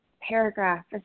paragraph